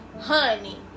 honey